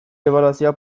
ebaluazio